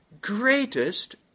greatest